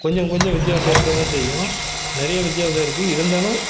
கொஞ்சம் கொஞ்சம் வித்தியாசம் இருக்க தான் செய்யும் நிறைய வித்தியாசம் இருக்குது இருந்தாலும்